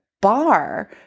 bar